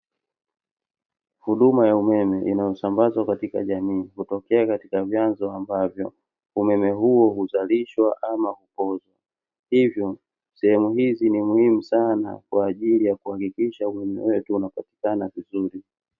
Huduma ya umeme inayosambazwa katika jamii kutokea katika vyanzo ambavyo umeme huo huzalishwa ama kupoozwa. Hivyo, sehemu hizi ni muhimu sana kwa ajili ya kuhakikisha umeme wetu unapatikana vizuri.